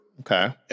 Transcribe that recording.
Okay